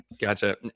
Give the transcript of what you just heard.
gotcha